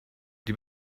die